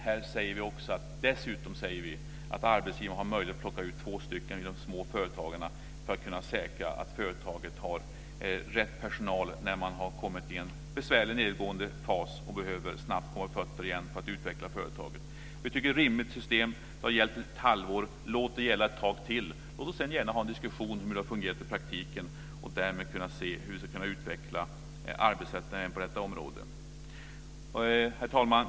Här säger vi dessutom att arbetsgivaren har möjlighet att plocka ut två personer i de små företagen för att kunna säkra att företaget har rätt personal när man har kommit i besvärlig och nedåtgående fas och snabbt behöver komma på fötter igen för att utveckla företaget. Vi tycker att det är ett rimligt system. Det har gällt under ett halvår. Låt det gälla ett tag till. Låt oss sedan gärna ha en diskussion om hur det har fungerat i praktiken för att därmed kunna se hur vi ska kunna utveckla arbetsrätten även på detta område. Herr talman!